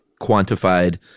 quantified